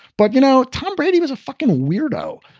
but, you know, tom brady was a fucking weirdo.